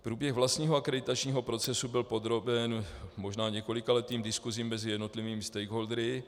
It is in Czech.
Průběh vlastního akreditačního procesu byl podroben možná několikaletým diskusím mezi jednotlivými stakeholdery.